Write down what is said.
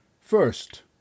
first